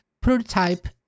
Prototype